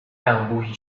انبوهی